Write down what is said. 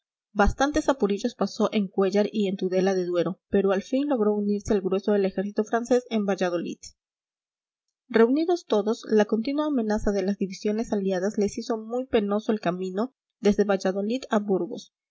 bastantes apurillos pasó en cuéllar y en tudela de duero pero al fin logró unirse al grueso del ejército francés en valladolid reunidos todos la continua amenaza de las divisiones aliadas les hizo muy penoso el camino desde valladolid a burgos